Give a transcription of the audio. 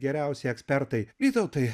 geriausi ekspertai vytautai